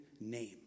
name